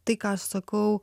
tai ką aš sakau